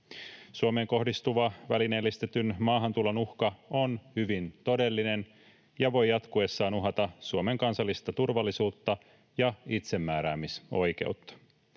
Suomeen kohdistuva välineellistetyn maahantulon uhka on hyvin todellinen ja voi jatkuessaan uhata Suomen kansallista turvallisuutta ja itsemääräämisoikeutta.